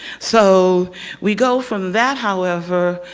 so we go from that, however,